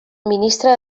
ministre